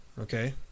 Okay